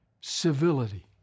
civility